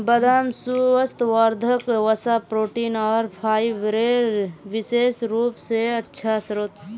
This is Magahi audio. बदाम स्वास्थ्यवर्धक वसा, प्रोटीन आर फाइबरेर विशेष रूप स अच्छा स्रोत छ